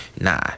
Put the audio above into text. Nah